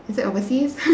is that overseas